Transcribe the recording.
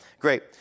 great